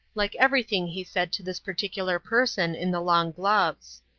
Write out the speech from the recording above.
like everything he said to this particular person in the long gloves.